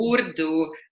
Urdu